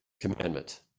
commandment